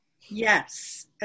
Yes